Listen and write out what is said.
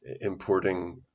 importing